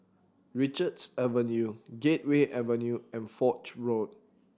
Richards Avenue Gateway Avenue and Foch Road